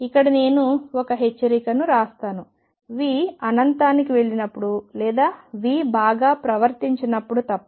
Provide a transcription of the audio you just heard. ఇక్కడ నేను ఒక హెచ్చరికను వ్రాస్తాను V అనంతానికి వెళ్లినప్పుడు లేదా V బాగా ప్రవర్తించనప్పుడు తప్ప